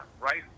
right